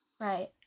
Right